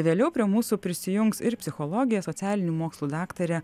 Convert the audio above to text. vėliau prie mūsų prisijungs ir psichologė socialinių mokslų daktarė